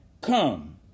Come